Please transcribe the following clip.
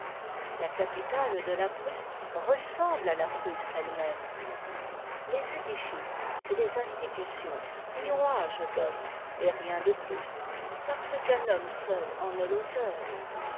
la capitale de la prusse ressemble à la prusse elle-même les édifices et les institutions y ont âge d'homme et rien de plus parce qu'un homme seul en est l'auteur